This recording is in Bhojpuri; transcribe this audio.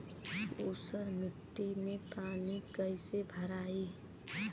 ऊसर मिट्टी में पानी कईसे भराई?